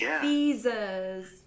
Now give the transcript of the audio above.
visas